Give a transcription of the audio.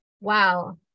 wow